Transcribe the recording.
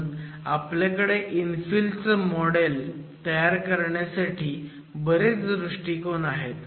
म्हणून आपल्याकडे इन्फिलचं मॉडेल करण्याचे बरेच दृष्टिकोन आहेत